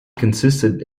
consisted